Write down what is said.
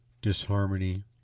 disharmony